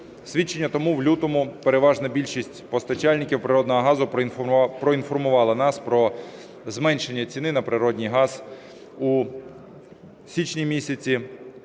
Свідчення тому – в лютому переважна більшість постачальників природного газу проінформувало нас про зменшення ціни на природний газ у січні місяці,